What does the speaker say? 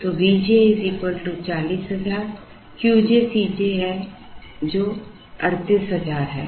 तो V j 40000 qj cj है जो 38000 है